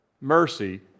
mercy